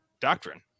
doctrine